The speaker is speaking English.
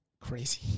Crazy